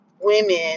women